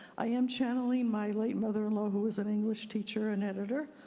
i am channel ing my late mother-in-law, who was an english teacher and editor.